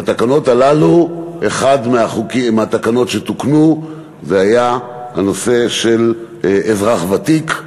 אחת מהתקנות שתוקנו הייתה בנושא של אזרח ותיק,